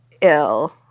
ill